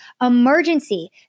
emergency